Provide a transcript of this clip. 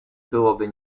byłoby